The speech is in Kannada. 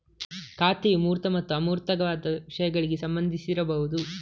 ಖಾತೆಯು ಮೂರ್ತ ಮತ್ತು ಅಮೂರ್ತವಾದ ವಿಷಯಗಳಿಗೆ ಸಂಬಂಧಿಸಿರಬಹುದು